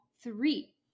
three